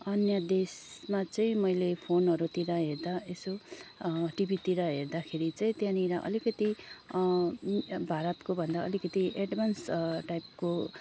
अन्य देशमा चाहिँ मैले फोनहरूतिर हेर्दा यसो टिभीतिर हेर्दाखेरि चैँ त्यहाँनिर अलिकति भारतको भन्दा अलिकति एडभान्स टाइपको